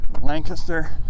Lancaster